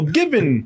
given